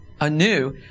anew